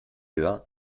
höher